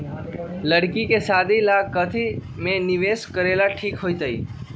लड़की के शादी ला काथी में निवेस करेला ठीक होतई?